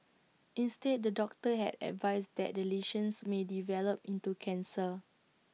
instead the doctor had advised that the lesions may develop into cancer